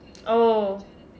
oh